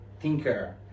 thinker